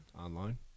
Online